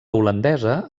holandesa